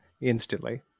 instantly